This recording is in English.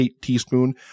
teaspoon